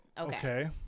Okay